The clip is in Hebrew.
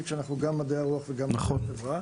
כמה פעמים שאנחנו גם מדעי הרוח וגם מדעי החברה.